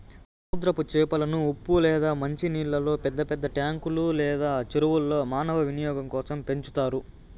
సముద్రపు చేపలను ఉప్పు లేదా మంచి నీళ్ళల్లో పెద్ద పెద్ద ట్యాంకులు లేదా చెరువుల్లో మానవ వినియోగం కోసం పెంచుతారు